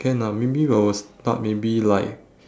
can lah maybe I will start maybe like